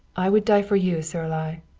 i would die for you, saralie.